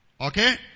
Okay